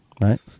right